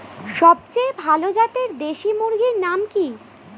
সবচেয়ে ভালো জাতের দেশি মুরগির নাম কি?